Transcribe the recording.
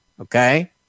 Okay